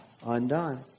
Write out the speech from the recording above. undone